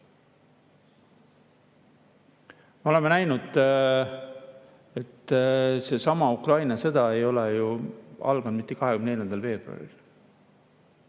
Me oleme näinud, et seesama Ukraina sõda ei ole ju alanud mitte 24. veebruaril.